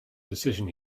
decision